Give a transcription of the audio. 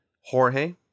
Jorge